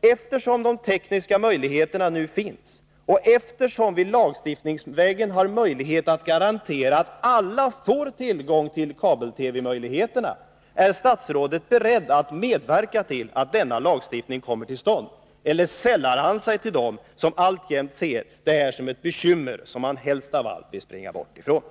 eftersom de tekniska möjligheterna nu finns och eftersom vi lagstiftningsvägen har möjlighet att garantera att alla får tillgång till kabel-TV:s möjligheter, är statsrådet beredd att medverka till att en sådan lagstiftning kommer till stånd, eller sällar han sig till dem som alltjämt ser detta som ett bekymmer som man helst av allt vill springa bort ifrån?